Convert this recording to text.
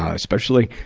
ah especially,